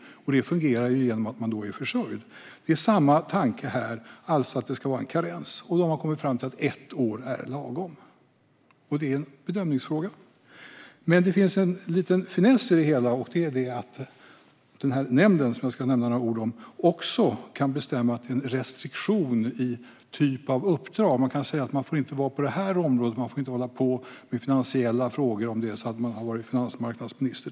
Det fungerar då genom att man är försörjd. Det är samma tanke här, alltså att det ska vara en karens. Då har man kommit fram till att ett år är lagom, och det är en bedömningsfråga. Det finns en liten finess i det hela, och det är att nämnden, som jag ska säga några ord om, också kan bestämma om en restriktion i typ av uppdrag. Nämnden kan säga att man inte får arbeta på ett visst område, till exempel arbeta med finansiella frågor om man har varit finansmarknadsminister.